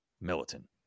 militant